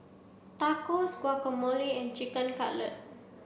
Tacos Guacamole and Chicken Cutlet